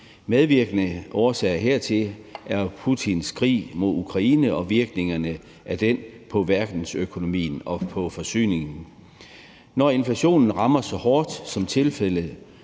Medvirkende årsager hertil er Putins krig mod Ukraine og virkningerne af den på verdensøkonomien og på forsyningen. Når inflationen rammer så hårdt, som tilfældet